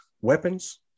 weapons